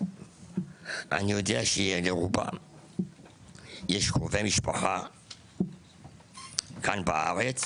אני יודע שלרובם יש קרובי משפחה כאן בארץ.